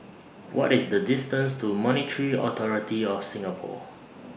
What IS The distance to Monetary Authority of Singapore